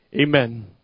Amen